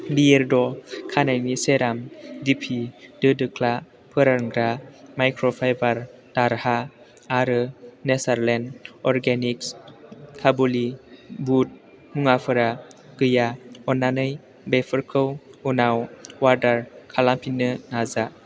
बियेरड' खानायनि सेराम दिपि दो दोख्ला फोरानग्रा माइक्र फाइबार दाह्रा आरो नेचार लेण्ड अर्गेनिक्स काबुलि बुद मुवाफोरा गैया अननानै बेफोरखौ उनाव अर्डार खालामफिननो नाजा